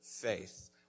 faith